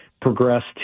progressed